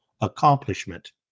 accomplishment